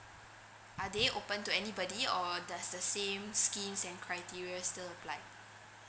are they open to anybody or does the same schemes and criterias still apply